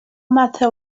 matter